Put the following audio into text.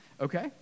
Okay